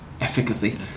efficacy